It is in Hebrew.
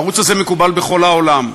הערוץ הזה מקובל בכל העולם.